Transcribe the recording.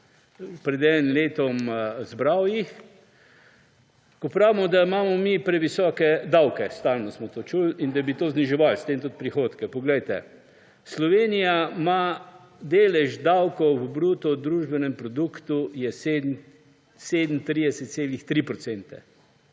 pred enim letom zbral. Ko pravimo, da imamo mi previsoke davke – vedno smo slišali – in da bi zniževali s tem tudi prihodke. Poglejte, Slovenija ima delež davkov v bruto družbenem produktu 37,3